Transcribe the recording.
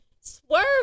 Swerve